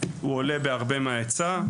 עולה בהרבה על ההיצע.